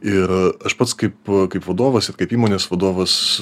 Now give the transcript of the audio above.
ir aš pats kaip kaip vadovas ir kaip įmonės vadovas